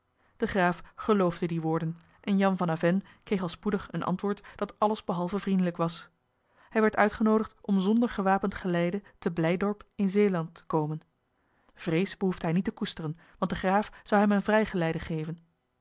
de graaf geloofde die woorden en jan van avennes kreeg al spoedig een antwoord dat alles behalve vriendelijk was hij werd uitgenoodigd om zonder gewapend geleide te blijdorpe in zeeland te komen vrees behoefde hij niet te koesteren want de graaf zou hem een vrijgeleide geven